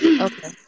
okay